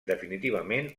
definitivament